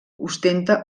ostenta